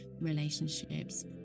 relationships